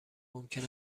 ممکن